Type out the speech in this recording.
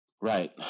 Right